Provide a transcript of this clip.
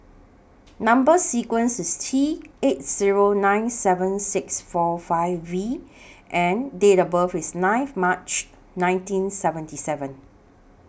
Number sequence IS T eight Zero nine seven six four five V and Date of birth IS ninth March nineteen seventy seven